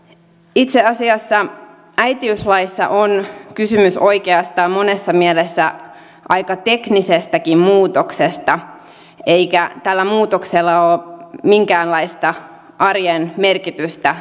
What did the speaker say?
itse asiassa äitiyslaissa on kysymys oikeastaan monessa mielessä aika teknisestäkin muutoksesta eikä tällä muutoksella ole minkäänlaista arjen merkitystä